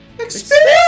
Experience